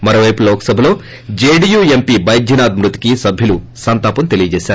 మరోపైపు లోక్ సభలో JDU MP Baidyanath మృతికి సభ్యులు సంతాపం తెలిపారు